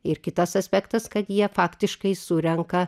ir kitas aspektas kad jie faktiškai surenka